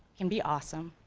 can be awesome.